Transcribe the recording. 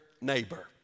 neighbor